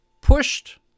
pushed